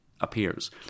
appears